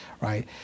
right